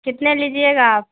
کتنے لیجیے گا آپ